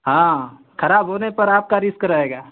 हाँ खराब होने पर आपका रिस्क रहेगा